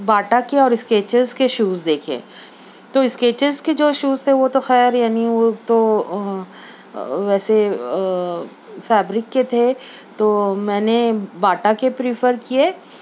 Bata کے اور Skechers سے شوز دیکھے تو اسکیچز کے جو شوز تھے وہ تو خیر یعنی وہ تو ویسے فیبرک کے تھے تو میں نے باٹا کے پریفر کیے